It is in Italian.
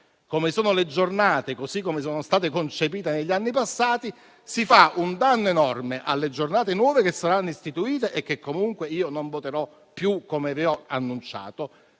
come le Giornate, così come sono state concepite negli anni passati, si fa un danno enorme alle nuove Giornate che saranno istituite (e che io non voterò più, come vi ho annunciato),